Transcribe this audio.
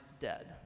dead